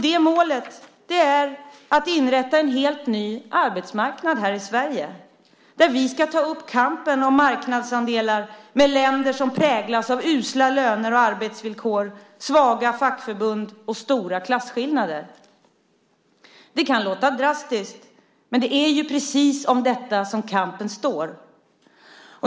Det målet är att inrätta en helt ny arbetsmarknad här i Sverige där vi ska ta upp kampen om marknadsandelar med länder som präglas av usla löner och arbetsvillkor, svaga fackförbund och stora klasskillnader. Det kan låta drastiskt, men det är om just detta som kampen står.